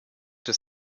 des